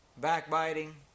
backbiting